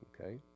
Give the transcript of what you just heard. Okay